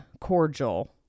cordial